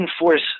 enforce